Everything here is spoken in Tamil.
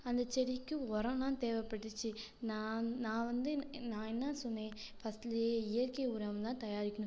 அந்தச் செடிக்கு உரம்லாம் தேவைப்பட்டுச்சு நான் நான் வந்து நான் என்ன சொன்னேன் ஃபஸ்ட்லேயே இயற்கை உரம் தான் தயாரிக்கணும்